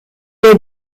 est